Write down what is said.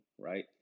right